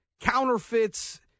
counterfeits